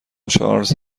چارلز